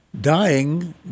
dying